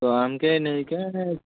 ତ ଆମ୍କେ ନେଇକରି